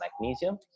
magnesium